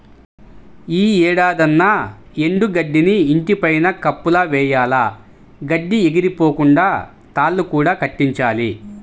యీ ఏడాదన్నా ఎండు గడ్డిని ఇంటి పైన కప్పులా వెయ్యాల, గడ్డి ఎగిరిపోకుండా తాళ్ళు కూడా కట్టించాలి